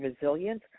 resilience